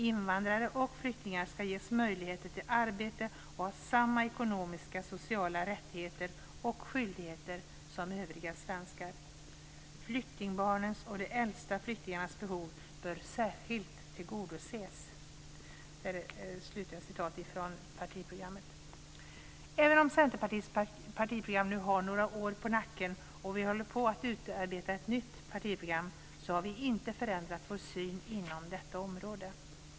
Invandrare och flyktingar ska ges möjligheter till arbete och ha samma ekonomiska och sociala rättigheter och skyldigheter som övriga svenskar. Flyktingbarnens och de äldsta flyktingarnas behov bör särskilt tillgodoses." Även om Centerpartiets partiprogram nu har några år på nacken och vi håller på att utarbeta ett nytt partiprogram så har vi inte förändrat vår syn på detta område.